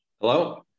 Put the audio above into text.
Hello